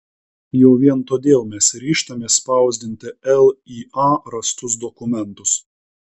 jau vien todėl mes ryžtamės spausdinti lya rastus dokumentus